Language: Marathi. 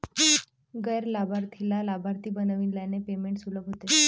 गैर लाभार्थीला लाभार्थी बनविल्याने पेमेंट सुलभ होते